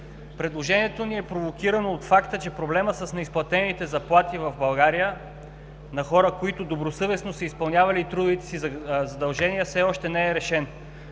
Предложението ни е провокирано от факта, че проблемът с неизплатените заплати в България на хора, които добросъвестно са изпълнявали трудовите си задължения, все още не е решен.